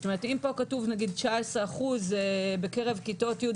כי אם פה כתוב 19% בקרב כיתות י',